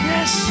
Yes